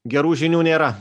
gerų žinių nėra